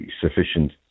sufficient